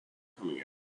coming